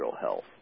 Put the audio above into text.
health